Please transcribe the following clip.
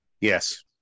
Yes